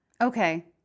Okay